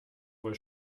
wohl